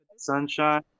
sunshine